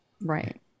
Right